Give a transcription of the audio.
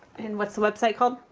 and what's the website called?